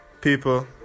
people